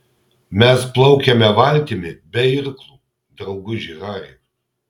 mes plaukiame valtimi be irklų drauguži hari